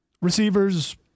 receivers